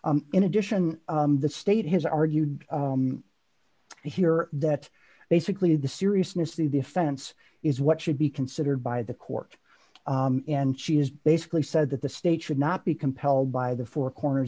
hearing in addition the state has argued here that basically the seriousness of the defense is what should be considered by the court and she has basically said that the state should not be compelled by the four corners